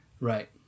Right